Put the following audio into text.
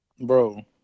Bro